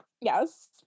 Yes